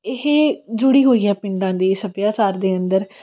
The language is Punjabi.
ਇਹ ਜੁੜੀ ਹੋਈ ਹੈ ਪਿੰਡਾਂ ਦੇ ਸੱਭਿਆਚਾਰ ਦੇ ਅੰਦਰ